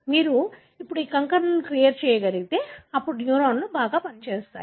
మీరు ఈ కంకరలను క్లియర్ చేయగలిగితే అప్పుడు న్యూరాన్లు బాగా పనిచేస్తాయి